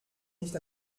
nicht